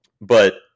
but-